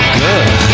good